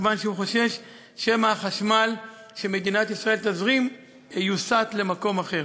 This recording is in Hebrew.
כיוון שהוא חושש שמא החשמל שמדינת ישראל תזרים יוסט למקום אחר.